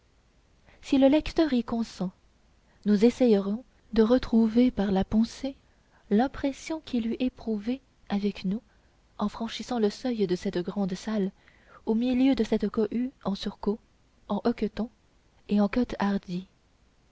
si le lecteur y consent nous essaierons de retrouver par la pensée l'impression qu'il eût éprouvée avec nous en franchissant le seuil de cette grand salle au milieu de cette cohue en surcot en hoqueton et en cotte hardie